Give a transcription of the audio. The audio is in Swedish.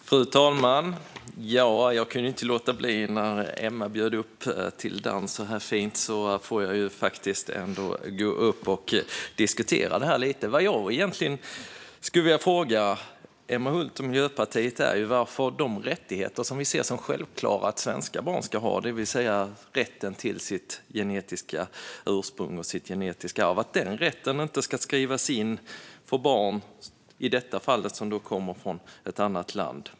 Fru talman! Jag kunde inte låta bli när Emma bjöd upp till dans så fint. Då får jag ju faktiskt gå upp och diskutera det här lite. Vad jag skulle vilja fråga Emma Hult och Miljöpartiet är varför de rättigheter som vi ser det som självklart att svenska barn ska ha, det vill säga rätten till sitt genetiska ursprung och sitt genetiska arv, inte ska skrivas in för barnen i detta fall som kommer från ett annat land.